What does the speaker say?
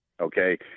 okay